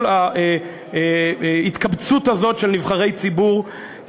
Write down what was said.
כל ההתקבצות הזאת של נבחרי ציבור.